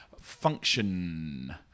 function